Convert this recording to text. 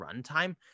runtime